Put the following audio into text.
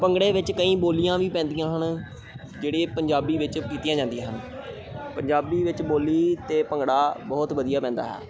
ਭੰਗੜੇ ਵਿੱਚ ਕਈ ਬੋਲੀਆਂ ਵੀ ਪੈਂਦੀਆਂ ਹਨ ਜਿਹੜੇ ਪੰਜਾਬੀ ਵਿੱਚ ਕੀਤੀਆਂ ਜਾਂਦੀਆਂ ਹਨ ਪੰਜਾਬੀ ਵਿੱਚ ਬੋਲੀ 'ਤੇ ਭੰਗੜਾ ਬਹੁਤ ਵਧੀਆ ਪੈਂਦਾ ਹੈ